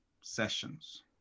sessions